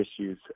issues